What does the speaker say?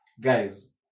Guys